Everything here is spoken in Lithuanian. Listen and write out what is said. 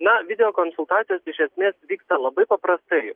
na video konsultacijos iš esmės vyksta labai paprastai